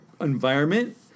environment